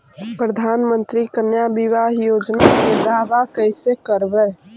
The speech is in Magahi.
प्रधानमंत्री कन्या बिबाह योजना के दाबा कैसे करबै?